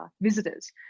visitors